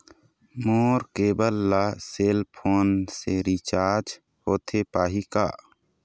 मोर cable ला cell phone से recharge होथे पाही का?